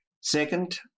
Second